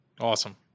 Awesome